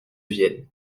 vienne